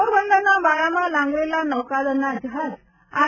પોરબંદરના બારામાં લાંગરેલા નૌકાદળના જહાજ આઈ